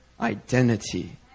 identity